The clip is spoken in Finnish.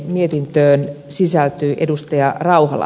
mietintöön sisältyy ed